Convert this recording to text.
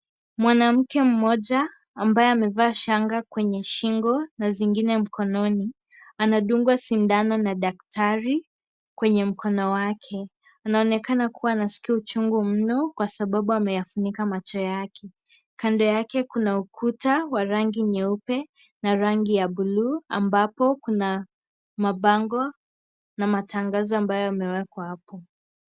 Mwanamke mmoja ambaye amevaa shanga kwenye shingo na zingine mkononi. Anadungwa shindano na daktari kwenye mkono wake. Anaonekana kuwa anasikia uchungu mno kwa sababu ameyafunika macho yake. Kando yake kuna ukuta wa rangi nyeupe na rangi ya bluu, ambapo kuna mabango na matangazo ambayo yamewekwa hapo.